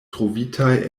trovitaj